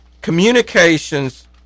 communications